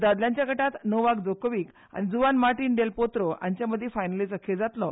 दादल्यांच्या गटात Novak Djokovic आनी जुआन मार्टिन डेल पोत्रो हांच्या मदी फायनलीचो खेळ जातलो